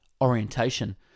Orientation